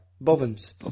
bobbins